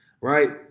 right